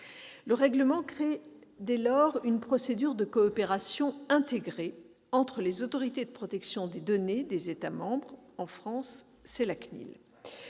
Le règlement crée, dès lors, une procédure de coopération intégrée entre les autorités de protection des données des États membres, dont, pour la